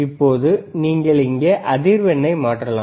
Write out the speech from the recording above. இப்போது நீங்கள் இங்கே அதிர்வெண்ணை மாற்றலாம்